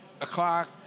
o'clock